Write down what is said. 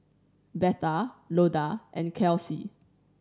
Betha Loda and Kelsie